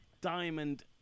diamond